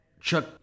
Chuck